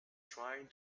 trying